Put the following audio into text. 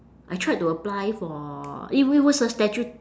I tried to apply for it it was a statu~